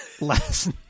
Last